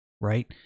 right